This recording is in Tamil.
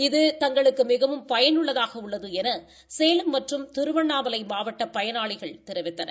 இது தங்களுக்கு மிகவும் பயனுள்ளதாக உள்ளது என சேலம் மற்றும் திருவண்ணாலை மாவட்ட பயனாளிகள் தெரிவித்தனர்